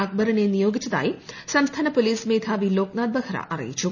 അക്ബറിനെ നിയോഗിച്ചതായി സംസ്ഥാന പോലീസ് മേധാവി ലോക്നാഥ് ബെഹ്റ അറിയിച്ചു